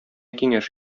киңәш